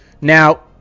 Now